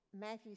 Matthew